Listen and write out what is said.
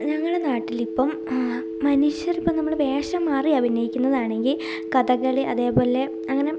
ഞങ്ങളെ നാട്ടിൽ ഇപ്പം മനുഷ്യർ ഇപ്പം നമ്മളെ വേഷം മാറി അഭിനയിക്കുന്നതാണെങ്കിൽ കഥകളി അതേപോലെ അങ്ങനെ